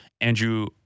Andrew